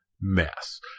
mess